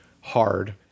hard